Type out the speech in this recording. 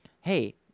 hey